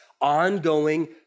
ongoing